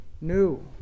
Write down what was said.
new